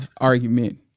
argument